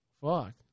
Fuck